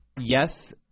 Yes